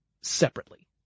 separately